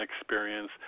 experience